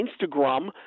Instagram